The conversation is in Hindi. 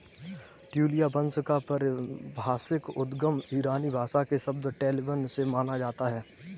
ट्यूलिया वंश का पारिभाषिक उद्गम ईरानी भाषा के शब्द टोलिबन से माना जाता है